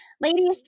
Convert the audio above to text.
ladies